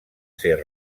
ser